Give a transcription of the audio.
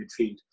midfield